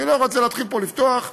אני לא רוצה להתחיל לפתוח פה,